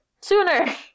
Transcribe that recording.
sooner